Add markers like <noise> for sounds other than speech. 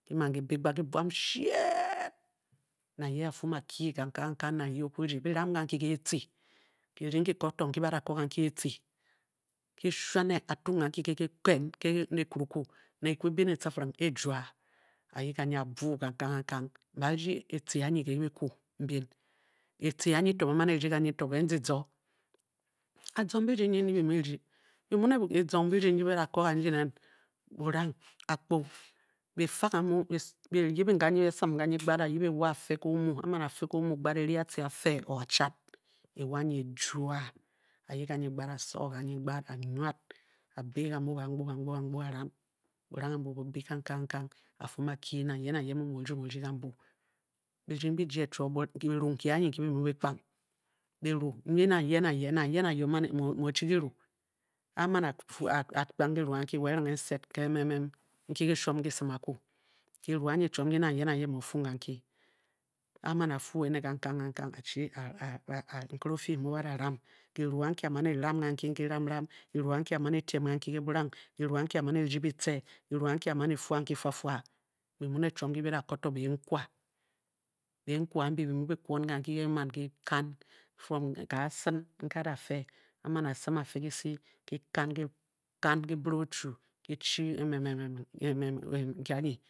Ki man kíbé gband, ki buan sheed nang ye a-fum a, kyi kankang kankang nang ye o-kwu rdi bi ram ganki kě etce. Kirding ki ko to nki ba da kong ganki ètcě, ki shuane a tung kanki ke <unintelligible> ke nikurukwu, ki kwu gi byi ne tcifiring e-e jua, a-yip ganyi a pwu kangkang kangkang ba-rdi etce anyi to ba-a man erdi ganyi ke nzizo. Azong birding nyin nyi byi mu byi rding, be muu ne kizong birding mbin mbi byi da ko gambi nen burang akpu, <noise> byi fa ga mu byi yibing ganyi byi-sim ganyi gbad, ayip ewai a-fe ke omu a-man a-fe ge omu e-ri atci afe or achad ewa anyi e-jua a-yip ganyi gbad a-so ganyi gbad a-bii gambu, ban gbo bangbo bangbo barang, burang ambu buu bii kangkang kang a-fim a-kyi nang ye nang ye mu mu o o-rung o-rdi gambu. Birding bi jie chuoo but kini nki a anyi nki byi mun byi kpang, biru mbiji nang ye nang ye, nang ye nang ye <unintelligible> mu o o-chi-kiru. a-man <unintelligible> a-kpang anki na erenghe nsed ke <hesitation> nki ki shuom kisim akwu kiru anyi chiom nki nang ye nang ye mu o fwung ganke a-man a-fuu ene kangkang kangkang, a-chi <unintelligible> nkere o-fyi mu ba da ram kiru anki a-man e-ram ganki ki ram-ram, kiru anki a-man e-tiem ganki ke buram, kiru anki a-man e-rdi bitce kiru anki a-man e-fua nki fua fua Be di mu ne chuom nkyi ba da ko to benkwa. benkwa a mbi bi mu bikwon kamki, e-ki man ki kan from ka a sin nke a-da fe, a-man a-sim a-fe kise, ki kan ki bire ochu, ki chi <hesitation> nke anyi